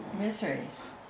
miseries